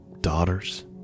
daughters